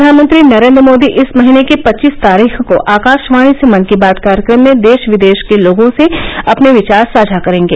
प्रधानमंत्री नरेन्द्र मोदी इस महीने की पच्चीस तारीख को आकाशवाणी से मन की बात कार्यक्रम में देश विदेश के लोगों से अपने विचार साझा करेंगे